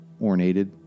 ornated